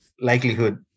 likelihood